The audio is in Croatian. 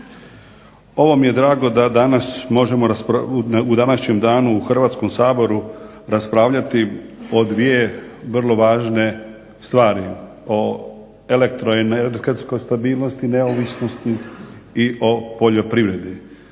možemo raspravljati u današnjem danu u Hrvatskom saboru o dvije vrlo važne stvari. O elektroenergetskoj stabilnosti, neovisnosti i o poljoprivredi.